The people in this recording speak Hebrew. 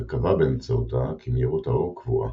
וקבע באמצעותה כי מהירות האור קבועה.